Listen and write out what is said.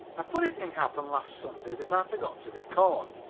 a funny thing happened last sunday that i forgot to record.